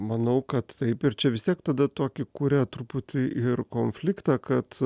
manau kad taip ir čia vis tiek tada tokį kuria truputį ir konfliktą kad